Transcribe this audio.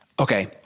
Okay